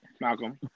Malcolm